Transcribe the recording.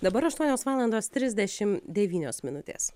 dabar aštuonios valandos trisdešim devynios minutės